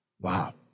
wow